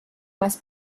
más